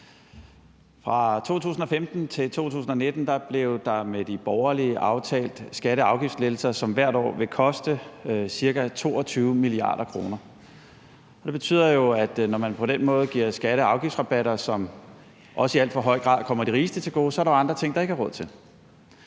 Fra 2015 til 2019 blev der med de borgerlige aftalt skatte- og afgiftslettelser, som hvert år vil koste ca. 22 mia. kr. Det betyder jo, at når man på den måde giver skatte- og afgiftsrabatter, som også i alt for høj grad kommer de rigeste til gode, er der andre ting, der ikke er råd til.